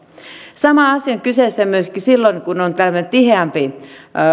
sama asia on kyseessä myöskin silloin kun on tiheämpi